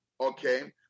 okay